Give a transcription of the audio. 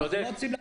צודק.